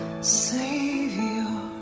Savior